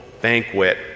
banquet